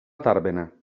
tàrbena